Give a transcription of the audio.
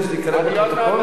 כדי שזה ייקלט בפרוטוקול?